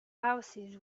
houses